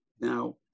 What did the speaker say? now